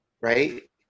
right